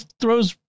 throws